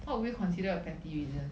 what would you consider a petty reason